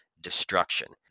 destruction